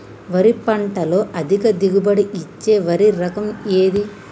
వరి పంట లో అధిక దిగుబడి ఇచ్చే వరి రకం ఏది?